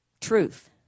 Truth